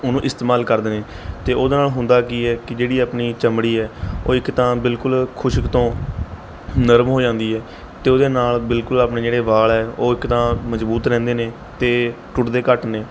ਉਹਨੂੰ ਇਸਤੇਮਾਲ ਕਰਦੇ ਨੇ ਅਤੇ ਉਹਦੇ ਨਾਲ ਹੁੰਦਾ ਕੀ ਹੈ ਕਿ ਜਿਹੜੀ ਆਪਣੀ ਚਮੜੀ ਹੈ ਉਹ ਇੱਕ ਤਾਂ ਬਿਲਕੁਲ ਖੁਸ਼ਕ ਤੋਂ ਨਰਮ ਹੋ ਜਾਂਦੀ ਹੈ ਅਤੇ ਉਹਦੇ ਨਾਲ ਬਿਲਕੁਲ ਆਪਣੇ ਜਿਹੜੇ ਵਾਲ਼ ਹੈ ਉਹ ਇੱਕ ਤਾਂ ਮਜ਼ਬੂਤ ਰਹਿੰਦੇ ਨੇ ਅਤੇ ਟੁੱਟਦੇ ਘੱਟ ਨੇ